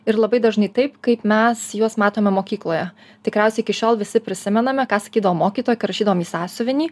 ir labai dažnai taip kaip mes juos matome mokykloje tikriausiai iki šiol visi prisimename ką sakydavo mokytoja kai rašydavom į sąsiuvinį